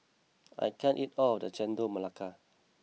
I can't eat all of this Chendol Melaka